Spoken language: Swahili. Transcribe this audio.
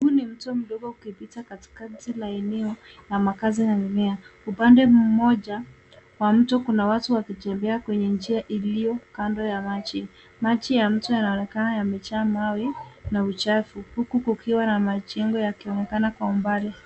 Huu ni mto mdogo ukipita katikati la eneo la makazi na mimea. Upande mmoja wa mto kuna watu wakitembea kwenye njia iliyo kando ya maji. Maji ya mto yanaonekana yamejaa mawe na uchafu huku kukiwa na majengo yakionekana kwa umbali.